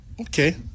Okay